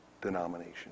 denomination